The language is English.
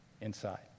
inside